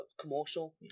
commercial